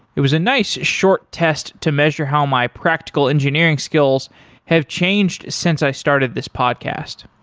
it was a nice short test to measure how my practical engineering skills have changed since i started this podcast.